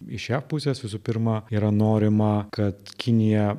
iš jav pusės visų pirma yra norima kad kinija